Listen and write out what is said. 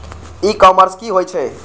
ई commerce की होय छेय?